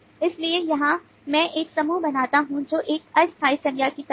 इसलिए यहां मैं एक समूह बनाता हूं जो एक अस्थायी संज्ञा की तरह है